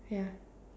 ya